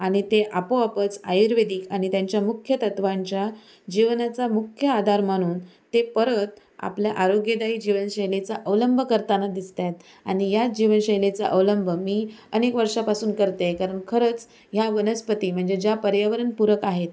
आणि ते आपोआपच आयुर्वेदिक आणि त्यांच्या मुख्य तत्त्वांच्या जीवनाचा मुख्य आधार मानून ते परत आपल्या आरोग्यदायी जीवनशैलीचा अवलंब करताना दिसत आहेत आणि याच जीवनशैलीचा अवलंब मी अनेक वर्षापासून करत आहे कारण खरंच ह्या वनस्पती म्हणजे ज्या पर्यावरणपूरक आहेत